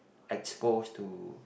exposed to